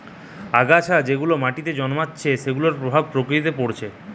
আগাছা যেগুলা মাটিতে জন্মাইছে সেগুলার প্রভাব প্রকৃতিতে পরতিছে